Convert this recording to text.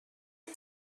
آره